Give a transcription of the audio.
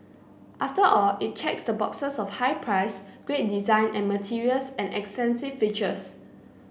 after all it checks the boxes of high price great design and materials and extensive features